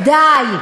האזרחים,